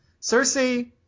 Cersei